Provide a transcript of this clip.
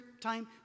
time